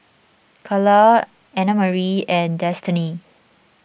Carlyle Annamarie and Destany